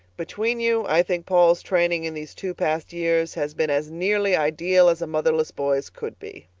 between you, i think paul's training in these two past years has been as nearly ideal as a motherless boy's could be.